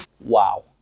Wow